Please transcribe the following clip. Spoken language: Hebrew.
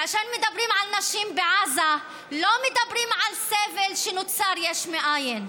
כאשר מדברים על נשים בעזה לא מדברים על סבל שנוצר יש מאין,